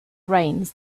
brains